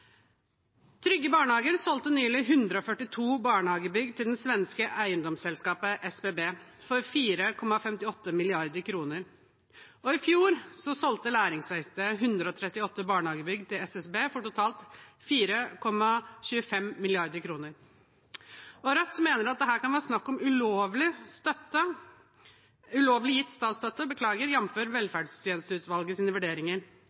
Trygge Barnehager solgte nylig 142 barnehagebygg til det svenske eiendomsselskapet SBB for 4,58 mrd. kr, og i fjor solgte Læringsverkstedet 138 barnehagebygg til SBB for totalt 4,25 mrd. kr. Rødt mener at det her kan være snakk om ulovlig gitt statsstøtte, jf. velferdstjenesteutvalgets vurderinger.